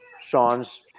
Sean's